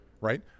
right